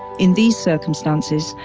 in these circumstances,